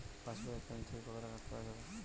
পাশবই এককালীন থেকে কত টাকা তোলা যাবে?